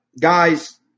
Guys